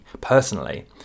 personally